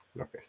Okay